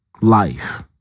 life